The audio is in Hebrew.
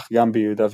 אך גם ביהודה ושומרון.